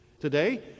Today